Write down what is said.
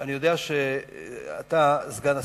אני יודע שאתה, סגן השר,